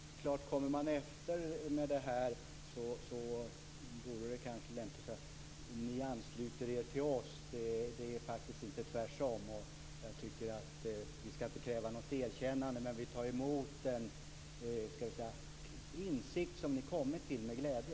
Fru talman! Det är klart att om man kommer efter med det här så vore det kanske lämpligt att säga att ni ansluter er till oss. Det är faktiskt inte tvärtom. Vi skall inte kräva något erkännande, men vi tar emot den, skall vi säga, insikt som ni har kommit fram till med glädje.